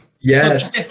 Yes